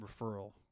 referral